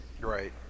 Right